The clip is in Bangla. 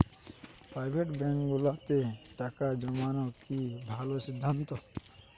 প্রাইভেট ব্যাংকগুলোতে টাকা জমানো কি ভালো সিদ্ধান্ত?